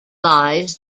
lies